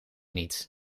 niet